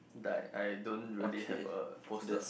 die I don't really have a poster